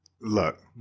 Look